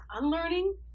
unlearning